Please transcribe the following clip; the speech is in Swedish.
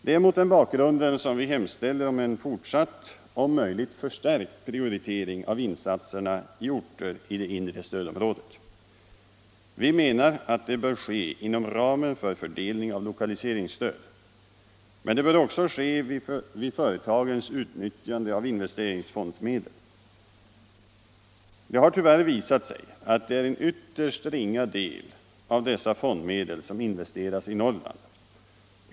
Det är mot den bakgrunden som vi hemställer om en fortsatt, om möjligt förstärkt, prioritering av insatserna i orter i det inre stödområdet. Vi menar att det bör ske inom ramen för fördelning av lokaliseringsstöd. Men det bör också ske vid företagens utnyttjande av investeringsfondsmedel. Det har tyvärr visat sig att det är en ytterst ringa del av dessa fondmedel som investeras i Norrland.